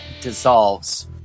dissolves